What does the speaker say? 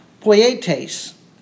poietes